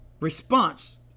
response